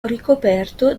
ricoperto